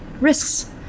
risks